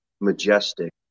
majestic